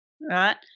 right